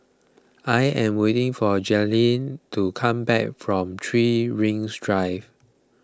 I am waiting for Jaylyn to come back from three Rings Drive